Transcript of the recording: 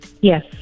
Yes